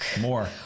more